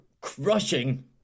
crushing